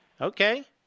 Okay